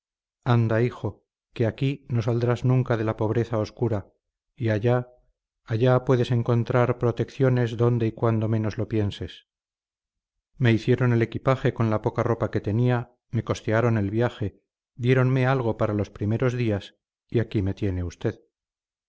anda hijo que aquí no saldrás nunca de la pobreza oscura y allá allá puedes encontrar protecciones donde y cuando menos lo pienses me hicieron el equipaje con la poca ropa que tenía me costearon el viaje diéronme algo para los primeros días y aquí me tiene usted